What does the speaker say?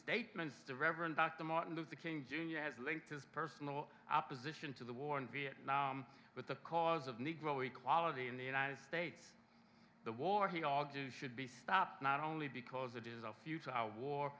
statements the reverend dr martin luther king jr has linked this personal opposition to the war in vietnam but the cause of negro equality in the united states the war he all jews should be stopped not only because it is a future our war